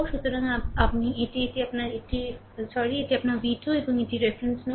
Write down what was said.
সুতরাং আমি এটি এটি আপনার এটি আপনার দুঃখিত এটি আপনার v2 এবং এটি রেফারেন্স নোড